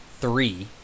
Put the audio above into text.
three